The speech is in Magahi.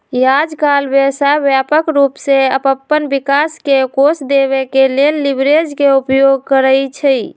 याजकाल व्यवसाय व्यापक रूप से अप्पन विकास के कोष देबे के लेल लिवरेज के उपयोग करइ छइ